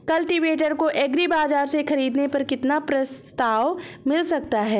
Cultivator को agri Bazaar से ख़रीदने पर कितना प्रस्ताव मिल सकता है?